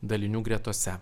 dalinių gretose